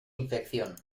infección